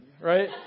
right